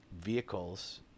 vehicles